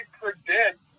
predict